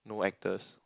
no actors